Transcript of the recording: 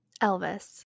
Elvis